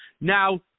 Now